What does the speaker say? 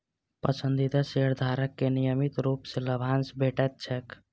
पसंदीदा शेयरधारक कें नियमित रूप सं लाभांश भेटैत छैक